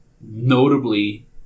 notably